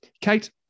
Kate